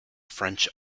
french